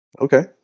Okay